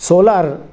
solar